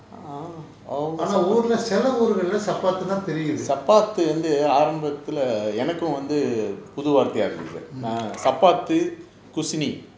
ஆனா ஊர்ல சில ஊர்கள்ல சப்பாத்துன்னா தெரியுது:aana oorla sila oorkalla sappathunaa theriyuthu mm